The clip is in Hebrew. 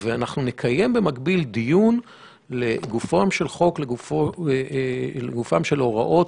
אנחנו נקיים דיון לגופו של חוק, לגופן של ההוראות,